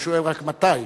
הוא שואל רק מתי.